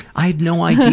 i had no idea